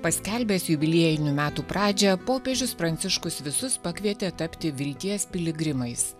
paskelbęs jubiliejinių metų pradžią popiežius pranciškus visus pakvietė tapti vilties piligrimais